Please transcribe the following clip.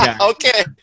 Okay